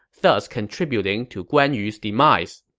thus contributing to guan yu's demise.